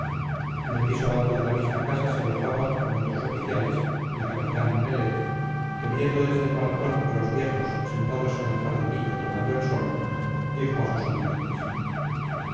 en el piso alto de la misma casa se alojaba con otros oficiales el capitán nelet que viendo desde el balcón a los viejos sentados en el jardinillo tomando el sol dijo a sus amigotes